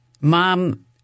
Mom